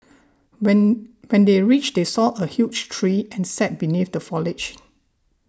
when when they reached they saw a huge tree and sat beneath the foliage